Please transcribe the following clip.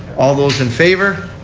all those in favor.